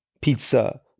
Pizza